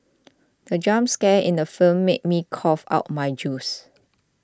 the jump scare in the film made me cough out my juice